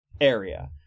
area